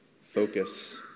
focus